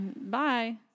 Bye